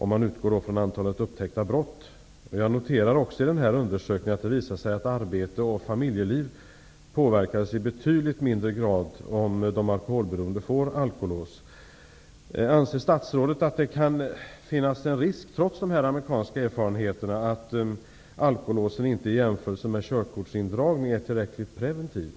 Man utgår då från antalet upptäckta brott. Jag noterade också att det av undersökningen framgår att arbete och familjeliv påverkas i betydligt mindre grad om de alkoholberoende får alkolås. Anser statsrådet att det, trots de amerikanska erfarenheterna, kan finnas en risk att alkolås inte ger tillräckligt preventiv verkan i jämförelse med körkortsindragning?